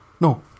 No